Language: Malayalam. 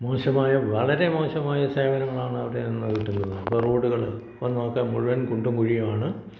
മോശമായ വളരെ മോശമായ സേവനങ്ങളാണ് അവരുടേത് നിന്ന് കിട്ടുന്നത് ഇപ്പം റോഡുകൾ വന്ന് നോക്കുക മുഴുവൻ കുണ്ടും കുഴിയും ആണ്